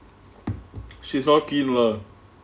she's not keen lah